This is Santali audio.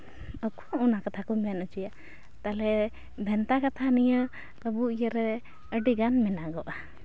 ᱟᱠᱚ ᱦᱚᱸ ᱚᱱᱟ ᱠᱟᱛᱷᱟ ᱠᱚ ᱢᱮᱱ ᱚᱪᱚᱭᱟ ᱛᱟᱦᱚᱞᱮ ᱵᱷᱮᱱᱛᱟ ᱠᱟᱛᱷᱟ ᱱᱤᱭᱟᱹ ᱟᱵᱚ ᱤᱭᱟᱹ ᱨᱮ ᱟᱹᱰᱤᱜᱟᱱ ᱢᱮᱱᱟᱜᱚᱜᱼᱟ